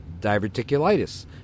diverticulitis